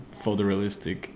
photorealistic